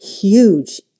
huge